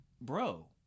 Bro